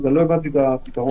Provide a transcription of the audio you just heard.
לא הבנתי את הפתרון.